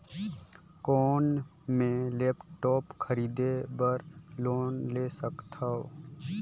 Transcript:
कौन मैं लेपटॉप खरीदे बर लोन ले सकथव?